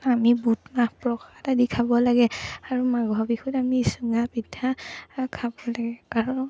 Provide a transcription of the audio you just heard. আমি বুট মাহ প্ৰসাদ আদি খাব লাগে আৰু মাঘৰ বিহুত আমি চুঙা পিঠা খাব লাগে কাৰণ